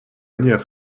manières